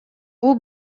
бул